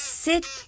sit